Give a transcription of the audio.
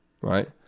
right